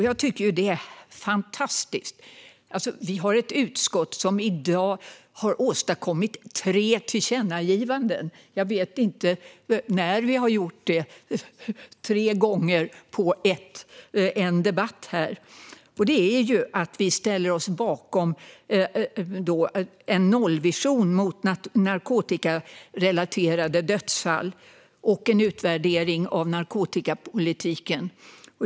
Jag tycker att det är fantastiskt - vi har ett utskott som i dag har åstadkommit tre tillkännagivanden! Jag vet inte när vi har gjort det tre gånger i en debatt. Det handlar om att vi ställer oss bakom en nollvision vad gäller narkotikarelaterade dödsfall och en utvärdering av narkotikapolitiken.